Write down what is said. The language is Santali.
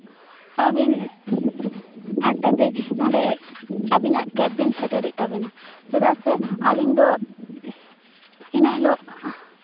ᱟᱹᱵᱤᱱ ᱟᱴ ᱴᱟ ᱛᱮ ᱱᱚᱰᱮ ᱟᱹᱵᱤᱱᱟᱜ ᱠᱮᱯ ᱵᱮᱱ ᱥᱮᱴᱮᱨ ᱛᱟᱵᱮᱱᱟ ᱪᱮᱫᱟᱜ ᱥᱮ ᱟᱹᱞᱤᱧ ᱫᱚ ᱤᱱᱟᱹ ᱦᱤᱞᱳᱜ